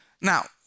Now